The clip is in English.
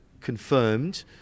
confirmed